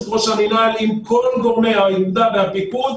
ראש המינהל עם כל גורמי האוגדה והפיקוד,